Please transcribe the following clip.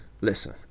listen